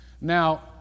Now